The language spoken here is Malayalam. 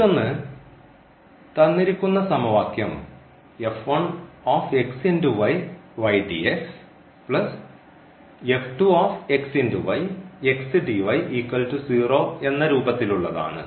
മറ്റൊന്ന് തന്നിരിക്കുന്ന സമവാക്യം എന്ന രൂപത്തിലുള്ളതാണ്